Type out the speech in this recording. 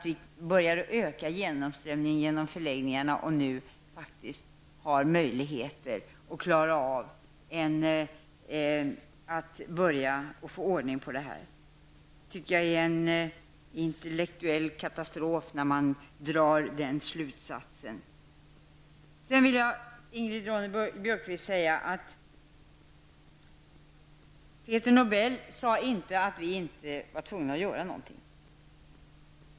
Vi börjar öka genomströmningen genom förläggningarna och har faktiskt möjligheter att få ordning på verksamheten. Jag tycker att partisekreterarens slutsats är en intellektuell katastrof. Jag vill till Ingrid Ronne-Björkqvist säga att Peter Nobel inte sade att vi inte var tvungna att göra någonting.